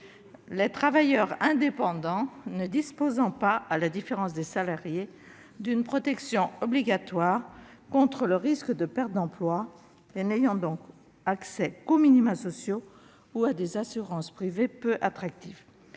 les travailleurs indépendants ne disposant pas, à la différence des salariés, d'une protection obligatoire contre le risque de perte d'emploi et n'ayant donc accès qu'aux minima sociaux ou à des assurances privées peu attractives.